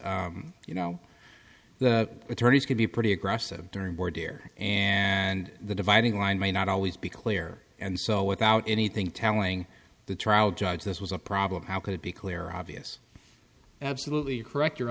you know the attorneys could be pretty aggressive during board here and the dividing line may not always be clear and so without anything telling the trial judge this was a problem how could it be clear obvious absolutely correct your